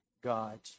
God